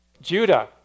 Judah